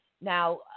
Now